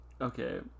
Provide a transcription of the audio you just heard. Okay